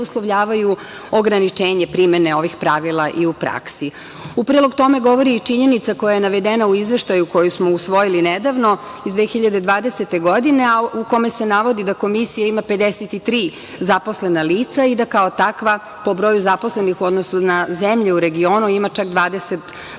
uslovljavaju ograničenje primene ovih pravila i u praksi.U prilog tome govori i činjenica koja je navedena u izveštaju koji smo usvojili nedavno, iz 2020. godine, a u kome se navodi da Komisija ima 53 zaposlena lica i da kao takva po broju zaposlenih u odnosu na zemlje u regionu ima čak 20